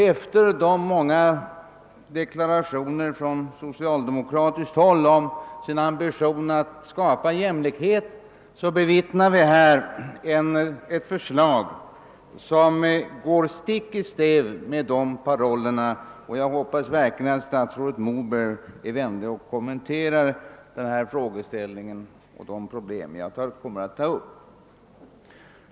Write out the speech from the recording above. Efter de många deklarationerna från socialdemokratiskt håll om ambitionen att skapa jämlikhet bevittnar vi här ett förslag, som går stick i stäv med de parollerna. Jag hoppas verkligen att statsrådet Moberg är vänlig och kommenterar de problem som jag kommer att ta upp.